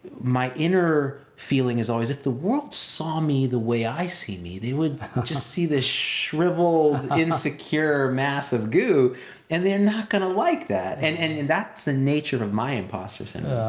my inner feeling is always, if the world saw me the way i see me, they would just see this shriveled, insecure, mass of goo and they're not gonna like that. and and and that's the nature of my imposter so